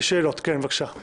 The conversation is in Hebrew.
שאלות, בבקשה.